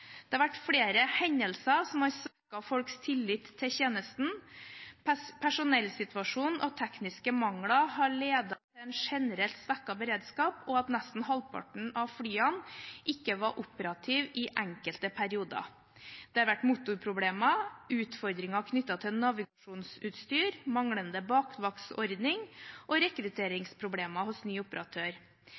Det har vært flere hendelser som har svekket folks tillit til tjenesten. Personellsituasjonen og tekniske mangler har ledet til en generelt svekket beredskap og til at nesten halvparten av flyene ikke var operative i enkelte perioder. Det har vært motorproblemer, utfordringer knyttet til navigasjonsutstyr, manglende bakvaktsordning og rekrutteringsproblemer hos ny operatør.